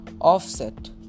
offset